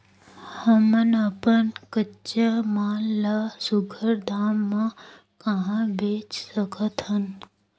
हमन अपन कच्चा माल ल सुघ्घर दाम म कहा बेच सकथन?